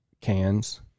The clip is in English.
cans